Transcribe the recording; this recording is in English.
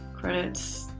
credits.